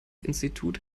institut